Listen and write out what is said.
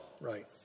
Right